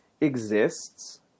exists